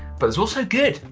but there's also good.